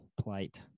plight